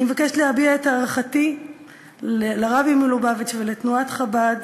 אני מבקשת להביע את הערכתי לרבי מלובביץ' ולתנועת חב"ד